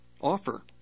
offer